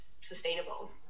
sustainable